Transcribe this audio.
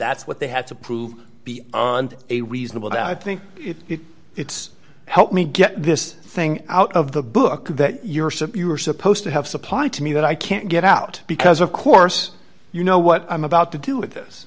that's what they had to prove to be a reasonable doubt i think it's help me get this thing out of the book that you're simply you were supposed to have supplied to me that i can't get out because of course you know what i'm about to do with this